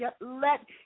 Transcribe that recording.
let